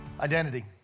Identity